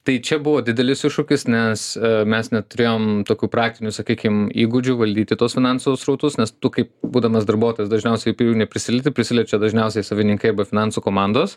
tai čia buvo didelis iššūkis nes mes neturėjom tokių praktinių sakykim įgūdžių valdyti tuos finansų srautus nes tu kaip būdamas darbuotojas dažniausiai prie jų neprisilieti prisiliečia dažniausiai savininkai arba finansų komandos